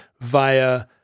via